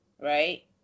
right